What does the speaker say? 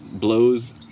blows